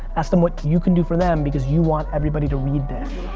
ask them what you can do for them because you want everybody to read this.